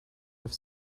have